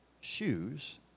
shoes